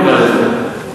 נקרא לזה.